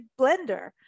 Blender